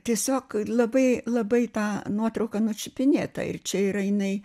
tiesiog labai labai ta nuotrauka nučiupinėta ir čia yra jinai